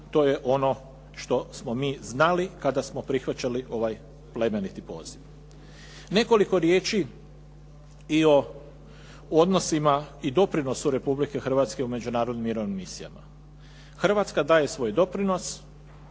to je ono što smo mi znali kada smo prihvaćali ovaj plemeniti poziv. Nekoliko riječi i o odnosima i doprinosu Republike Hrvatske u međunarodnim mirovnim misijama. Hrvatska daje svoj doprinos